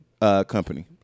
company